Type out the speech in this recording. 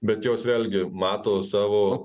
bet jos vėlgi mato savo